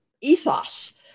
ethos